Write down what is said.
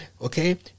Okay